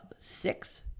Six